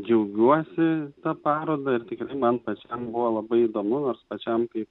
džiaugiuosi ta paroda ir tikrai man pačiam buvo labai įdomu nors pačiam kaip